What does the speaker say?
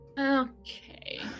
Okay